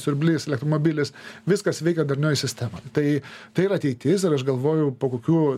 siurblys elektromobilis viskas veikia darnioj sistemo tai tai yra ateitis ir aš galvojau po kokių